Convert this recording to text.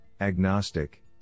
agnostic